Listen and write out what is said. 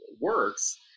works